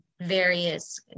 various